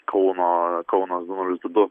kauno kaunas du nulis du du